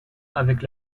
avec